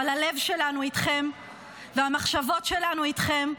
אבל הלב שלנו איתכם והמחשבות שלנו איתכם.